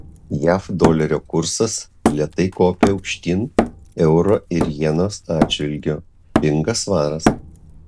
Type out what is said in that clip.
jav dolerio kursas lėtai kopia aukštyn euro ir jenos atžvilgiu pinga svaras